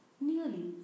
Nearly